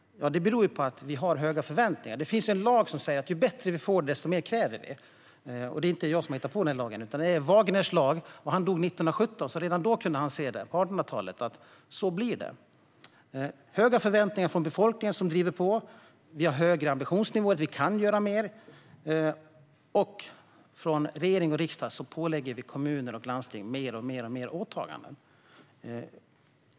Det beror på att vi har höga förväntningar. Det finns en lag som säger att ju bättre vi får det, desto mer kräver vi. Det är inte jag som har hittat på detta, utan det här kallas Wagners lag. Wagner dog 1917, så han kunde redan på 1800-talet se att det blir så här. Höga förväntningar från befolkningen driver på. Vi har högre ambitionsnivåer eftersom vi kan göra mer. Dessutom lägger regering och riksdag på fler och fler åtaganden på kommuner och landsting.